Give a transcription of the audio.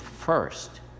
first